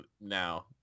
Now